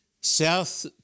South